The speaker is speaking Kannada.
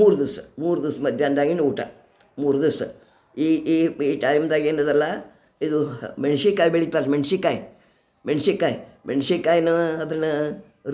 ಮೂರು ದಿವಸ ಮೂರು ದಿವ್ಸ ಮಧ್ಯಾಹ್ನ್ದಾಗಿನ ಊಟ ಮೂರು ದಿವಸ ಈ ಈ ಈ ಟೈಮ್ದಾಗ್ ಏನದಲ್ಲ ಇದು ಮೆಣ್ಸಿನಕಾಯಿ ಬೆಳಿತಾರೆ ಮೆಣ್ಸಿನಕಾಯಿ ಮೆಣ್ಸಿನ್ಕಾಯಿ ಮೆಣ್ಸಿನಕಾಯಿನು ಅದನ್ನ